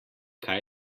kaj